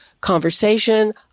conversation